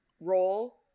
Roll